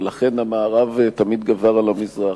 ולכן המערב תמיד גבר על המזרח.